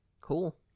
Cool